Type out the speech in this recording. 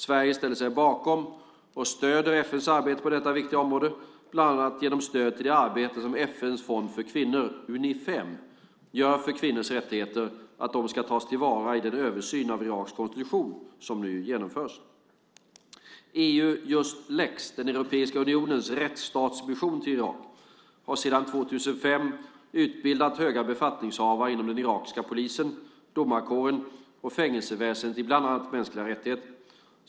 Sverige ställer sig bakom och stöder FN:s arbete på detta viktiga område bland annat genom stöd till det arbete som FN:s fond för kvinnor Unifem gör för att kvinnors rättigheter ska tas till vara i den översyn av Iraks konstitution som nu genomförs. Eujust lex, Europeiska unionens rättsstatsmission till Irak, har sedan 2005 utbildat höga befattningshavare inom den irakiska polisen, domarkåren och fängelseväsendet i bland annat mänskliga rättigheter.